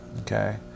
Okay